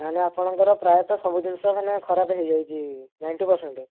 ତାହେଲେ ଆପଣଙ୍କର ପ୍ରାୟତଃ ସବୁ ଜିନିଷ ମାନେ ଖରାପ ହେଇଯାଇଛି ନାଇଁନ୍ଟି ପରସେଣ୍ଟ